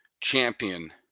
champion